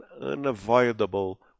unavoidable